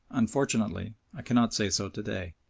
unfortunately i cannot say so to-day.